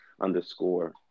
underscore